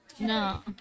no